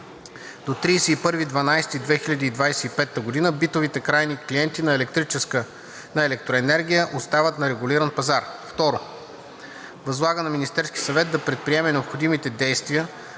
До 31.12.2025 г. битовите крайни клиенти на електроенергия остават на регулиран пазар. 2. Възлага на Министерския съвет да предприеме необходимите действия,